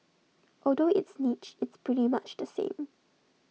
although it's niche it's pretty much the same